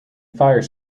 fire